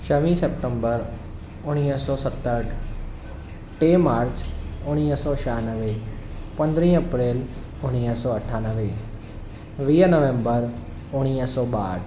छवीह सेप्टेम्बर उणिवीह सौ सतहठि टे मार्च उणिवीह सौ छियानवे पंद्रहं अप्रैल उणिवीह सौ अठानवे वीह नवम्बर उणिवीह सौ ॿाहठि